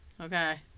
Okay